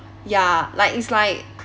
ya like it's like